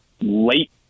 late